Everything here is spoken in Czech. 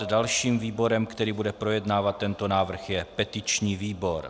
Dalším výborem, který bude projednávat tento návrh, je petiční výbor.